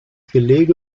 gelege